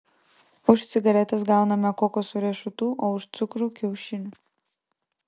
už cigaretes gauname kokoso riešutų o už cukrų kiaušinių